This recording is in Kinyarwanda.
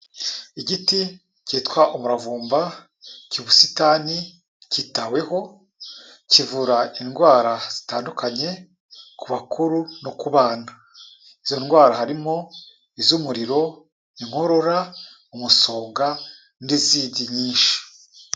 Igiti cyitwa umuravumba cy'ubusitani, kitaweho, kivura indwara zitandukanye, ku bakuru no ku bana. Izo ndwara harimo: Iz'umuriro, inkorora, umusonga n'izindi nyinshi.